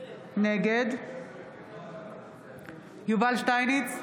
נגד יובל שטייניץ,